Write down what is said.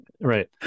right